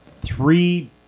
three